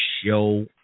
show